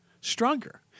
stronger